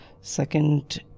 Second